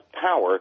power